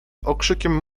okrzykiem